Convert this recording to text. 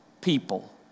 people